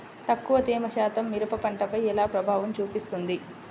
తక్కువ తేమ శాతం మిరప పంటపై ఎలా ప్రభావం చూపిస్తుంది?